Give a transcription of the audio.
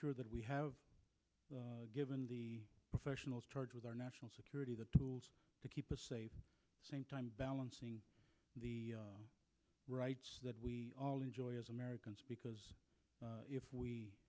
sure that we have given the professionals charged with our national security the tools to keep the same time balancing the rights that we all enjoy as americans because if we